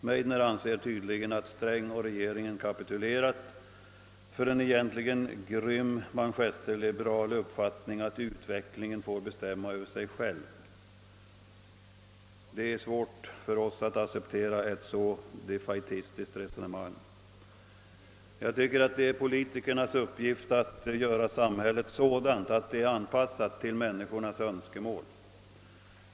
Meidner anser tydligen att Sträng och regeringen har kapitulerat för en egentligen grym manschesterliberal uppfattning att utvecklingen får bestämma över sig själv. Jag kan inte acceptera ett så defaitistiskt resonemang. Det är politikernas uppgift att anpassa samhället till människornas önskemål.